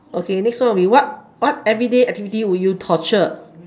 okay next one will be what what everyday activity will you tortured